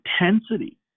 intensity